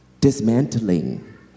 dismantling